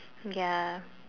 ya